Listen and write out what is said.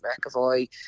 McAvoy